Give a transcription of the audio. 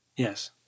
Yes